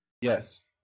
Yes